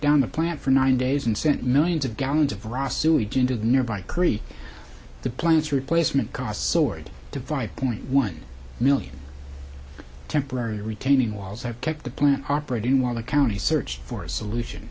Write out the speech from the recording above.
down the plant for nine days and sent millions of gallons of raw sewage into the nearby creek the plants replacement cost soared devide point one million temporary retaining walls have kept the plant operating while the county search for solution